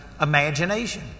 imagination